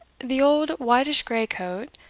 the old whitish-grey coat,